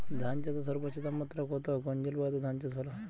ধান চাষে সর্বোচ্চ তাপমাত্রা কত কোন জলবায়ুতে ধান চাষ ভালো হয়?